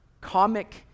comic